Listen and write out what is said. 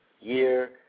year